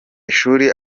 ishuri